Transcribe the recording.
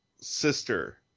sister